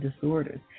disorders